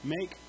Make